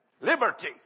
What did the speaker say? Liberty